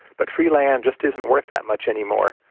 but free land just isn't worth that much any more.